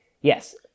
Yes